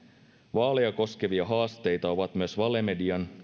vaaleja koskevia haasteita ovat myös valemedian